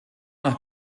nach